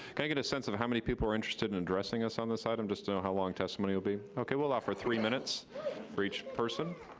i get a sense of how many people are interested in addressing us on this item? just to know how long testimony will be. okay, we'll offer three minutes for each person.